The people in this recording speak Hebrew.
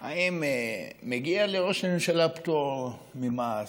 אם מגיע לראש הממשלה פטור ממס,